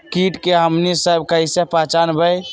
किट के हमनी सब कईसे पहचान बई?